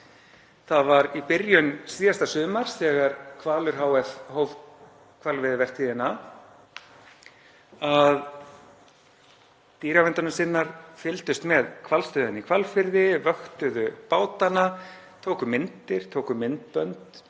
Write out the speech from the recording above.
Það var í byrjun síðasta sumars þegar Hvalur hf. hóf hvalveiðivertíðina að dýraverndunarsinnar fylgdust með hvalstöðinni í Hvalfirði, vöktuðu bátana, tóku myndir, tóku myndbönd,